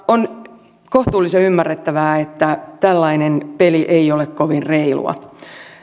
on kohtuullisen ymmärrettävää että tällainen peli ei ole kovin reilua